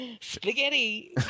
spaghetti